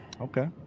Okay